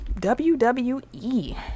WWE